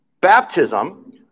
baptism